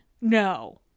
No